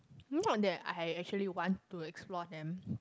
not that I actually want to explore them